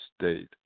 state